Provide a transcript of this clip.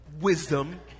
wisdom